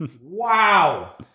wow